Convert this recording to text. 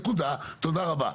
נקודה, תודה רבה.